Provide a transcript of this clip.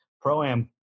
pro-am